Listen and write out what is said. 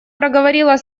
проговорила